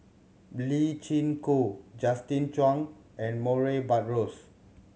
Lee Chin Koon Justin Zhuang and Murray Buttrose